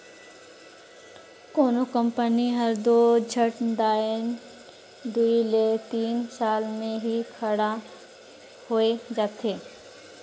कोनो कंपनी हर दो झट दाएन दुई ले तीन साल में ही खड़ा होए जाथे